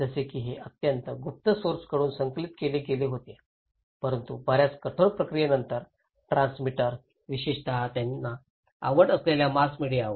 जसे की हे अत्यंत गुप्त सोर्सांकडून संकलित केले गेले होते परंतु बर्याच कठोर प्रक्रियेनंतर ट्रान्समीटर विशेषत त्यांना आवडत असलेल्या मास मीडियावर